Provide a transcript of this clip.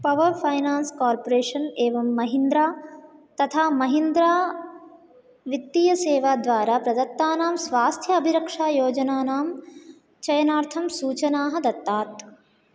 power finance corporation एवं महिन्द्रा तथा महिन्द्रा वित्तीयसेवाद्वारा प्रदत्तानां स्वास्थ्य अभिरक्षायोजनानां चयनार्थं सूचनाः दत्ताः